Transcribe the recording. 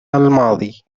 الماضي